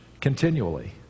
continually